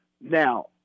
Now